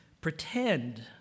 pretend